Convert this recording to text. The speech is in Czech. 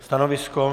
Stanovisko?